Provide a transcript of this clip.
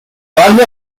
banda